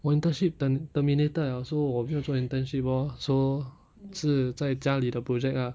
我的 internship ter~ terminated liao so 我没有做 internship lor so 是在家里的 project ah